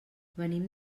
venim